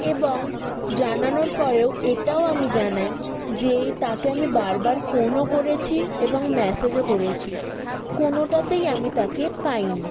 এবং জানানোর পরে এটাও আমি জানাই যে তাকে আমি বারবার ফোনও করেছি এবং মেসেজও করেছি কোনোটাতেই আমি তাকে পাইনি